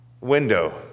window